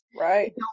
Right